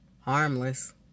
harmless